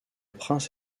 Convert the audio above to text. prince